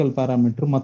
parameter